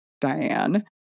Diane